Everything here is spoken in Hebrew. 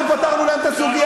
אנחנו פתרנו להם את הסוגיה.